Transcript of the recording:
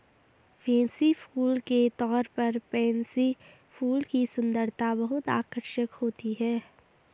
fancy फूल के तौर पर पेनसी फूल की सुंदरता बहुत आकर्षक होती है